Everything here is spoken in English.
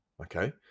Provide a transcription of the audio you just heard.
Okay